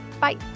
Bye